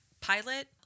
Pilot